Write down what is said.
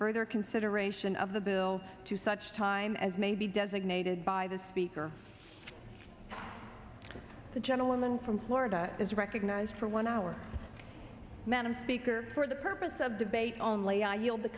further consideration of the bill to such time as may be designated by the speaker the gentleman from florida is recognized for one hour madam speaker for the purpose of debate only i yield the